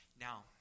Now